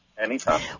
Anytime